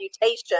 reputation